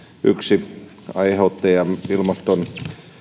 yksi aiheuttaja ilmaston